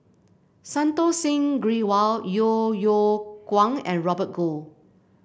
Santokh Singh Grewal Yeo Yeow Kwang and Robert Goh